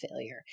failure